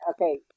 okay